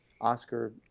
oscar